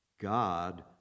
God